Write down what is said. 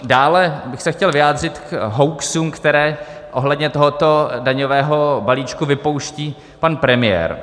Dále bych se chtěl vyjádřit k hoaxům, které ohledně tohoto daňového balíčku vypouští pan premiér.